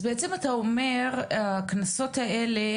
אז בעצם אתה אומר שהקנסות האלה,